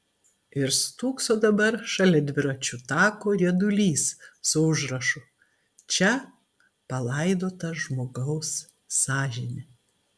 ir stūkso dabar šalia dviračių tako riedulys su užrašu čia palaidota žmogaus sąžinė